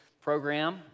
program